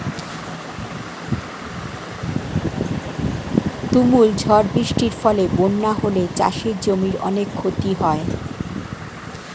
তুমুল ঝড় বৃষ্টির ফলে বন্যা হলে চাষের জমির অনেক ক্ষতি হয়